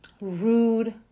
rude